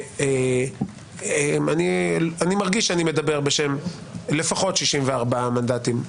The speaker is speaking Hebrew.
אני מרגיש שאני מדבר בשם לפחות 64 מנדטים,